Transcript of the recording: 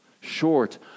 Short